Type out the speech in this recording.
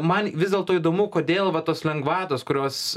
man vis dėlto įdomu kodėl va tos lengvatos kurios